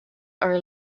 are